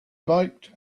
biked